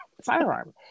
firearm